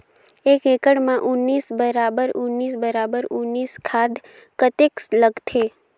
एक एकड़ मे उन्नीस बराबर उन्नीस बराबर उन्नीस खाद कतेक लगथे?